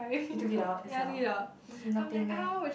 you took it out yourself !ee! then not pain meh